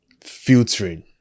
filtering